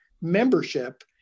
membership